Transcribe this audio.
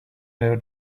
never